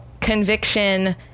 conviction